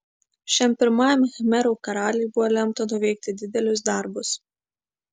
šiam pirmajam khmerų karaliui buvo lemta nuveikti didelius darbus